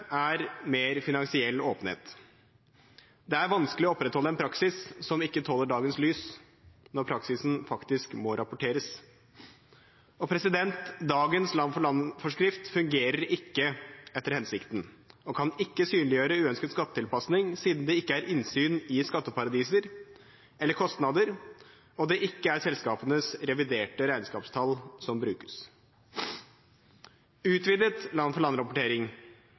er mer finansiell åpenhet. Det er vanskelig å opprettholde en praksis som ikke tåler dagens lys når praksisen faktisk må rapporteres. Dagens land-for-land-forskrift fungerer ikke etter hensikten og kan ikke synliggjøre uønsket skattetilpasning, siden det ikke er innsyn i skatteparadiser eller kostnader, og det ikke er selskapenes reviderte regnskapstall som brukes. Utvidet land-for-land-rapportering er en forutsetning for